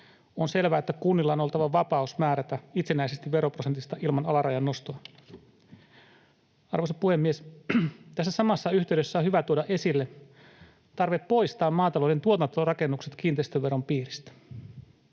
On selvä, että kunnilla on oltava vapaus määrätä itsenäisesti veroprosentista ilman alarajan nostoa. Arvoisa puhemies! Tässä samassa yhteydessä on hyvä tuoda esille tarve poistaa maatalouden tuotantorakennukset kiinteistöveron piiristä.